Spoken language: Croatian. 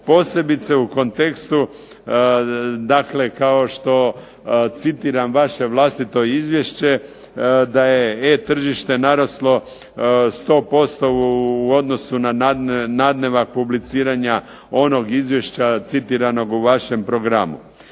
posebice u kontekstu dakle kao što citiram vaše vlastito izvješće, da je e-tržište naraslo 100% u odnosu na nadnevak publiciranja onog izvješća citiranog u vašem programu.